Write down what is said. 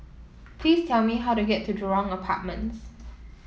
please tell me how to get to Jurong Apartments